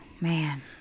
man